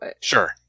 Sure